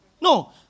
No